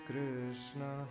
Krishna